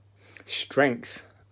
strength